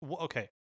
okay